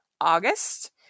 August